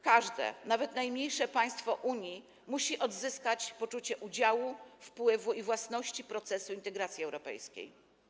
Każde, nawet najmniejsze państwo Unii, musi odzyskać poczucie udziału, wpływu i własności w odniesieniu do procesu integracji europejskiej.